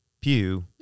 pew